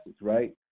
right